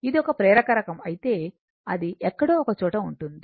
ఇది ఒక ప్రేరక రకం అయితే అది ఎక్కడో ఒకచోట ఉంటుంది